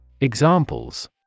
Examples